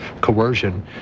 coercion